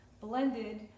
blended